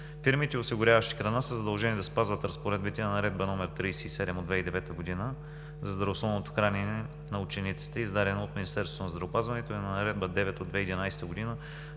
Фирмите, осигуряващи храна, са задължени да спазват разпоредбите на Наредба № 37 от 2009 г. за здравословното хранене на учениците, издадена от Министерството на здравеопазването, и на Наредба № 9 от 2011 г.